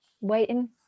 waiting